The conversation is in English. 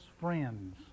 friends